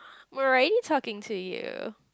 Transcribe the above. we're already talking to you